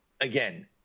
again